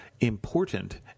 important